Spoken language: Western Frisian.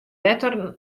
letter